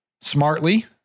smartly